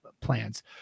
plans